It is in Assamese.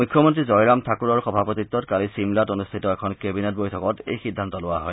মুখ্যমন্ত্ৰী জয়ৰাম ঠাকুৰৰ সভাপতিতত্তত কালি ছিমলাত অনুষ্ঠিত এখন কেবিনেট বৈঠকত এই সিদ্ধান্ত লোৱা হয়